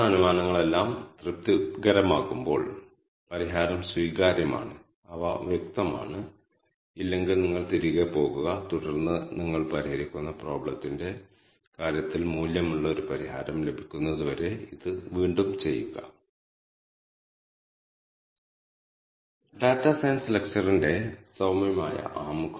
അതിനാൽ ഈ for loop execute ചെയ്തുകഴിഞ്ഞാൽ ആ ഏററുകളുടെ ആകെത്തുകയ്ക്കുള്ളിൽ നിങ്ങൾക്ക് ഒരു വെക്റ്ററും ക്ലസ്റ്ററുകളുടെ എണ്ണത്തിന്റെ ലിസ്റ്റും ലഭിക്കും